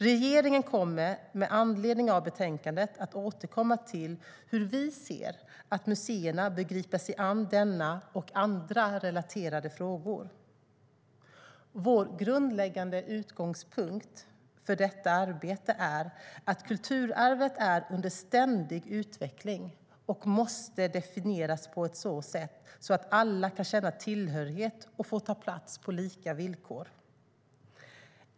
Regeringen kommer med anledning av betänkandet att återkomma till hur vi ser att museerna bör gripa sig an denna och andra relaterade frågor. Vår grundläggande utgångspunkt för detta arbete är att kulturarvet är under ständig utveckling och måste definieras på ett sådant sätt att alla kan känna tillhörighet och få ta plats på lika villkor.